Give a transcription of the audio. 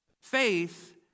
faith